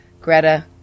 Greta